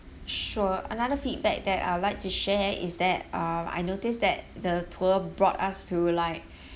sure another feedback that I'd like to share is that uh I noticed that the tour brought us to like